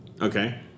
Okay